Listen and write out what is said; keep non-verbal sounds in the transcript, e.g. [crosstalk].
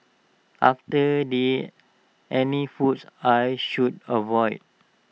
are there [unintelligible] any foods I should avoid